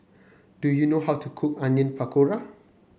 do you know how to cook Onion Pakora